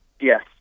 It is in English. Yes